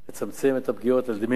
לצמצם את הפגיעות עד למינימום.